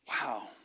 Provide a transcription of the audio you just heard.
Wow